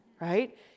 right